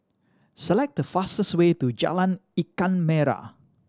select the fastest way to Jalan Ikan Merah